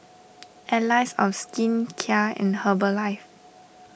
Allies of Skin Kia and Herbalife